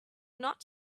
not